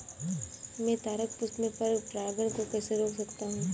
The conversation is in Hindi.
मैं तारक पुष्प में पर परागण को कैसे रोक सकता हूँ?